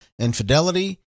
infidelity